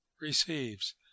receives